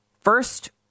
first